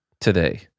today